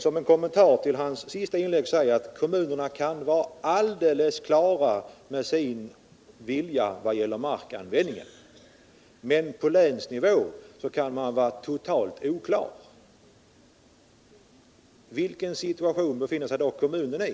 Som en kommentar till hans senaste inlägg vill jag säga att kommunen kan vara helt enig när det gäller markanvändningen, medan man på länsnivå kan anse raka motsatsen. Vilken situation befinner sig då kommunen i?